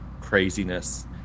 craziness